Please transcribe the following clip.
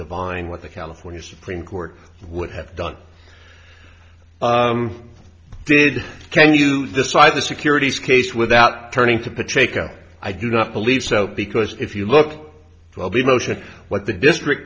divine what the california supreme court would have done did can you decide the securities case without turning to pitch a co i do not believe so because if you look i'll be motion what the district